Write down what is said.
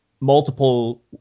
multiple